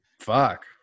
Fuck